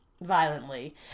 violently